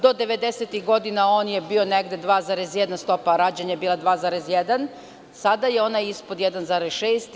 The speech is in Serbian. Do 90-ih godina, on je bio negde 2,1%, stopa rađanja je bila 2,1%, a sada je on ispod 1,6%